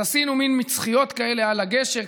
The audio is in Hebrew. אז עשינו מן מצחיות כאלה על הגשר,